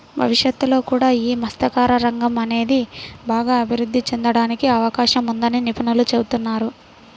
భవిష్యత్తులో కూడా యీ మత్స్యకార రంగం అనేది బాగా అభిరుద్ధి చెందడానికి అవకాశం ఉందని నిపుణులు చెబుతున్నారు